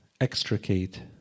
extricate